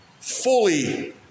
fully